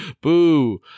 Boo